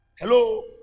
Hello